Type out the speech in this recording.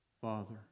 father